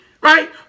right